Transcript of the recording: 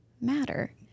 matter